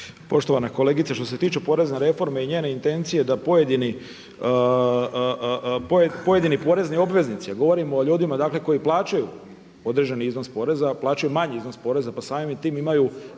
Poštovana kolegice, što se tiče porezne reforme i njene intencije da pojedini porezni obveznici, a govorim o ljudima, dakle koji plaćaju određeni iznos poreza, a plaćaju manji iznos poreza, pa samim tim imaju